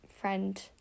friend